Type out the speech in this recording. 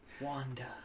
Wanda